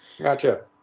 Gotcha